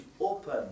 open